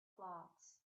cloths